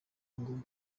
ngo